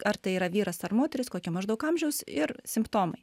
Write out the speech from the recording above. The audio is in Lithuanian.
ar tai yra vyras ar moteris kokia maždaug amžiaus ir simptomai